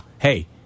hey